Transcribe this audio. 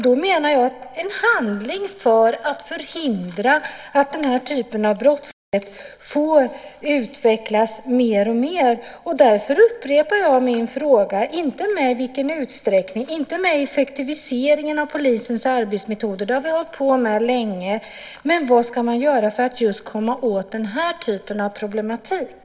Då menar jag en handling för att förhindra att den här typen av brottslighet får utvecklas mer och mer. Därför upprepar jag min fråga, inte om utsträckningen, inte om effektiviseringen av polisens arbetsmetoder - det har vi hållit på med länge - utan om vad man ska göra för att komma åt den här typen av problematik.